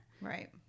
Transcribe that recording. Right